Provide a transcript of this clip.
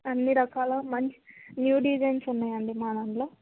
అన్నీ రకాల మంచి న్యూ డిజైన్స్ ఉన్నాయండి మా దాంట్లో